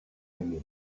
aimé